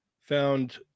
found